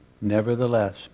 Nevertheless